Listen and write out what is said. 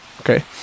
Okay